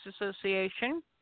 Association